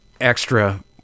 extra